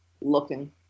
looking